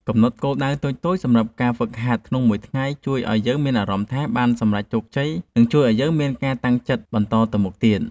កំណត់គោលដៅតូចៗសម្រាប់ការហ្វឹកហាត់ក្នុងមួយថ្ងៃជួយឱ្យយើងមានអារម្មណ៍ថាបានសម្រេចជោគជ័យ និងជួយឱ្យយើងមានការតាំងចិត្តបន្តទៅមុខទៀត។